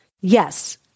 yes